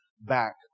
back